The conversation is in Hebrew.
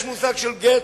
יש מושג של גט,